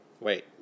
Wait